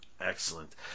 Excellent